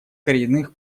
коренных